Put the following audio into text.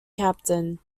captain